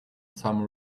some